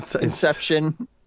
Inception